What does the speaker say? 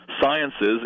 sciences